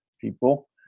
people